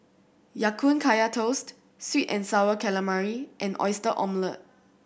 Ya Kun Kaya Toast sweet and Sour Calamari and Oyster Omelette